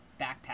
Backpack